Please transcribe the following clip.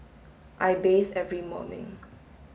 I bathe every morning